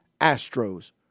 Astros